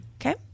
okay